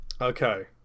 Okay